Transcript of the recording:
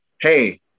hey